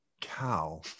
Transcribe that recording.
cow